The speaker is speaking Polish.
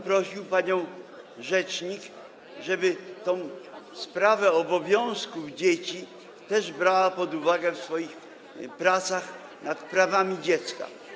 Prosiłbym panią rzecznik, żeby tę sprawę obowiązków dzieci też brała pod uwagę w swoich pracach nad prawami dziecka.